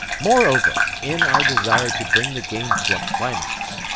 moreover, in our desire to bring the game to a climax,